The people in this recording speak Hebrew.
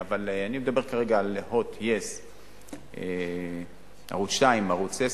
אני מדבר כרגע על "הוט", yes, ערוץ-2, ערוץ-10,